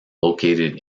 located